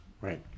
Right